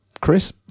Chris